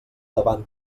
davant